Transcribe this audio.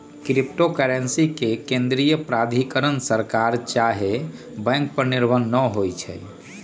crypto currency के केंद्रीय प्राधिकरण सरकार चाहे बैंक पर निर्भर न होइ छइ